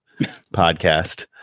podcast